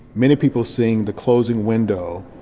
many people seeing the closing window,